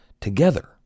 Together